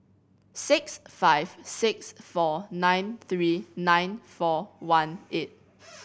six five six four nine three nine four one eight